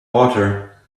water